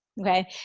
okay